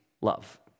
love